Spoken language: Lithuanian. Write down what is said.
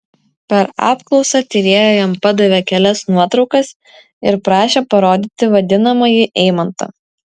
per apklausą tyrėja jam padavė kelias nuotraukas ir prašė parodyti vadinamąjį eimantą